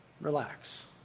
relax